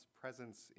presence